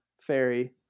Fairy